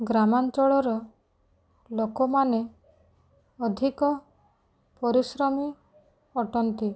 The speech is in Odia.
ଗ୍ରାମାଞ୍ଚଳର ଲୋକମାନେ ଅଧିକ ପରିଶ୍ରମୀ ଅଟନ୍ତି